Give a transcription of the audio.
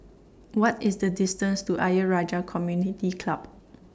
What IS The distance to Ayer Rajah Community Club